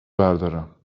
بردارم